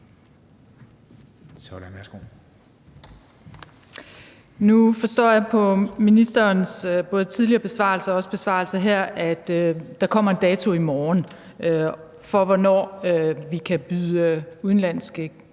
Nu forstår jeg på både ministerens tidligere besvarelse og ministerens besvarelse her, er der kommer en dato i morgen for, hvornår vi kan byde turister